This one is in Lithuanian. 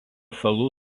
salų